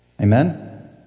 Amen